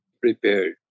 prepared